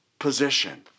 position